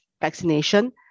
vaccination